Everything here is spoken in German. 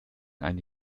eine